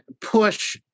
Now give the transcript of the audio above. push